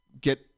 get